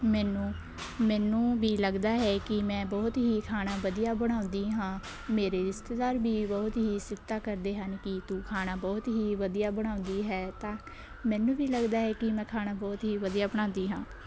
ਮੈਨੂੰ ਮੈਨੂੰ ਵੀ ਲੱਗਦਾ ਹੈ ਕਿ ਮੈਂ ਬਹੁਤ ਹੀ ਖਾਣਾ ਵਧੀਆ ਬਣਾਉਂਦੀ ਹਾਂ ਮੇਰੇ ਰਿਸ਼ਤੇਦਾਰ ਵੀ ਬਹੁਤ ਹੀ ਸਿਫਤਾਂ ਕਰਦੇ ਹਨ ਕਿ ਤੂੰ ਖਾਣਾ ਬਹੁਤ ਹੀ ਵਧੀਆ ਬਣਾਉਂਦੀ ਹੈ ਤਾਂ ਮੈਨੂੰ ਵੀ ਲੱਗਦਾ ਹੈ ਕਿ ਮੈਂ ਖਾਣਾ ਬਹੁਤ ਹੀ ਵਧੀਆ ਬਣਾਉਂਦੀ ਹਾਂ